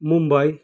Mumbai